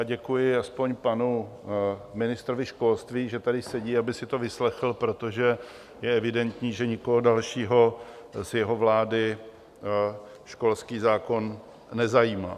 Děkuji aspoň panu ministrovi školství, že tady sedí, aby si to vyslechl, protože je evidentní, že nikoho dalšího z jeho vlády školský zákon nezajímá.